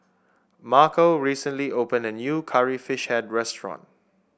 Marco recently opened a new Curry Fish Head restaurant